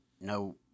no